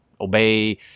obey